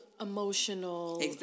emotional